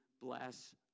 bless